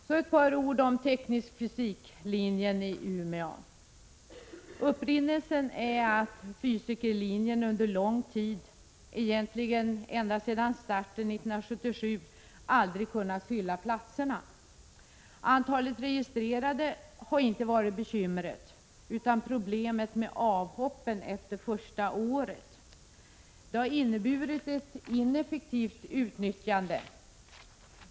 Så ett par ord om teknisk-fysiklinjen i Umeå. Upprinnelsen till förslaget är att man på fysikerlinjen under lång tid, egentligen ända sedan starten 1977, inte kunnat fylla platserna. Problemet har inte varit antalet registrerade utan avhoppen efter första året. Detta har inneburit ett ineffektivt utnyttjande.